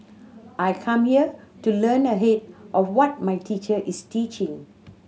I come here to learn ahead of what my teacher is teaching